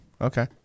Okay